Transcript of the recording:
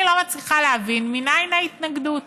אני לא מצליחה להבין מניין ההתנגדות.